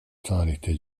tarihte